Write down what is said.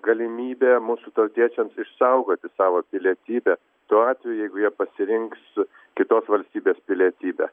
galimybė mūsų tautiečiams išsaugoti savo pilietybę tuo atveju jeigu jie pasirinks kitos valstybės pilietybę